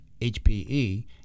HPE